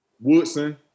Woodson